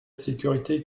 sécurité